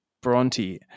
Bronte